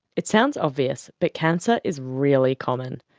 it sounds obvious, but cancer is really common.